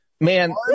Man